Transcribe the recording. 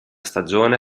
stagione